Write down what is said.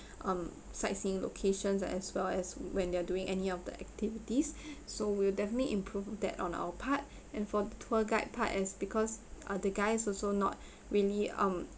um sightseeing locations ah as well as when they're doing any of the activities so will definitely improve that on our part and for the tour guide part as because ah the guys also not really um